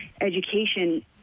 education